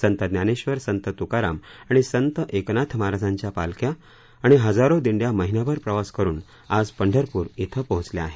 संत ज्ञानेश्वर संत तुकाराम आणि संत एकनाथ महाराजांच्या पालख्या आणि हजारो दिंड्या महिनाभर प्रवास करुन आज पंढरपूर श्वं पोहोचल्या आहेत